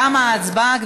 תמה ההצבעה.